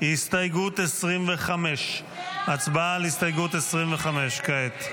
הסתייגות 25. הצבעה על הסתייגות 25 כעת.